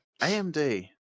AMD